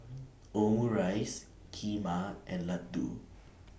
Omurice Kheema and Ladoo